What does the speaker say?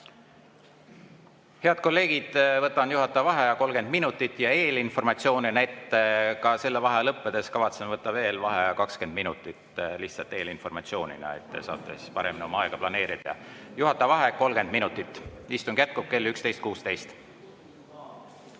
Head kolleegid! Võtan juhataja vaheaja 30 minutit. Ja eelinformatsioon on, et ka selle vaheaja lõppedes kavatsen võtta veel vaheaja 20 minutit. Lihtsalt eelinformatsioon, et te saate siis paremini oma aega planeerida. Juhataja vaheaeg 30 minutit. Istung jätkub kell 11.16.